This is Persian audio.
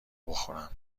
بخورم